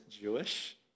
Jewish